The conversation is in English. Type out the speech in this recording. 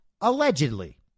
Allegedly